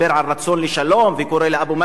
וקורא לאבו מאזן: תפאדל,